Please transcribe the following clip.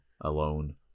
alone